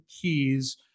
keys